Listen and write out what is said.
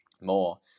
more